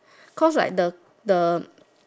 cause like the the